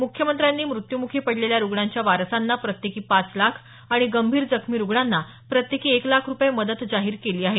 मुख्यमंत्र्यांनी मृत्यूमुखी पडलेल्या रुग्णांच्या वारसांना प्रत्येकी पाच लाख आणि गंभीर जखमी रुग्णांना प्रत्येकी एक लाख रुपये मदत जाहीर केली आहे